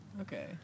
Okay